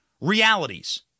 realities